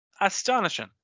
Astonishing